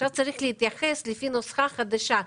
עכשיו צריך להתייחס לפי נוסחה חדשה,